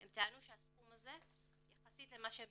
הם טענו שהסכום הזה יחסית למה שהם